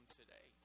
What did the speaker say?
today